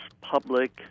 public